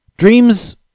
Dreams